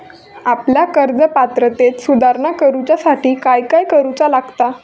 आपल्या कर्ज पात्रतेत सुधारणा करुच्यासाठी काय काय करूचा लागता?